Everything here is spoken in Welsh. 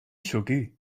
llwgu